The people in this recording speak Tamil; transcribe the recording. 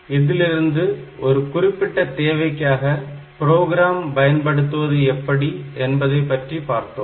இதிலிருந்து ஒரு குறிப்பிட்ட தேவைக்காக ப்ரோக்ராம் பயன்படுத்துவது எப்படி என்பதை பற்றி பார்த்தோம்